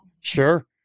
Sure